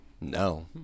No